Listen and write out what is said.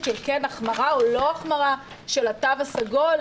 של כן החמרה או לא החמרה של התו הסגול,